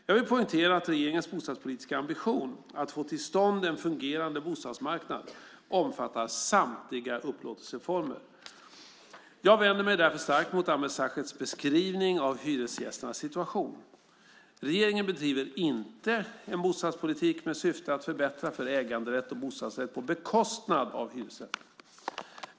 Jag vill poängtera att regeringens bostadspolitiska ambition, att få till stånd en fungerande bostadsmarknad, omfattar samtliga upplåtelseformer. Jag vänder mig därför starkt mot Ameer Sachets beskrivning av hyresgästernas situation. Regeringen bedriver inte en bostadspolitik med syfte att förbättra för äganderätt och bostadsrätt på bekostnad av hyresrätten.